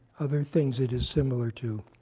other things it is similar to.